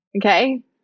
okay